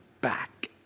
back